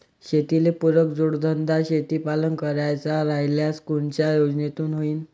शेतीले पुरक जोडधंदा शेळीपालन करायचा राह्यल्यास कोनच्या योजनेतून होईन?